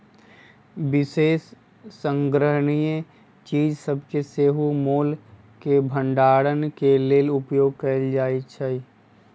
विशेष संग्रहणीय चीज सभके सेहो मोल के भंडारण के लेल उपयोग कएल जाइ छइ